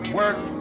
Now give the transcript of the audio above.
work